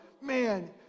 man